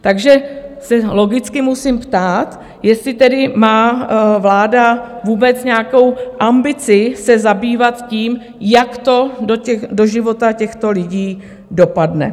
Takže se logicky musím ptát, jestli tedy má vláda vůbec nějakou ambici se zabývat tím, jak to do života těchto lidí dopadne.